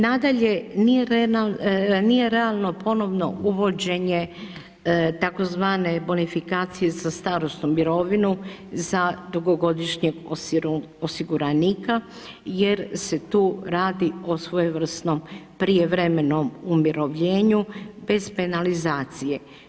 Nadalje, nije realno ponovno uvođenje tzv. bonifikacije sa starosnom mirovinom za dugogodišnjeg osiguranika jer se tu radi o svojevrsnom prijevremenom umirovljenju bez penalizacije.